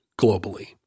globally